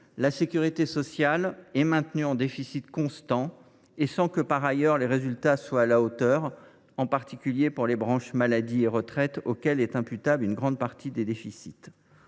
la sécurité sociale est maintenue en déficit constant, sans que les résultats soient par ailleurs à la hauteur, en particulier pour les branches maladie et retraite, auxquelles est imputable une grande partie du déficit.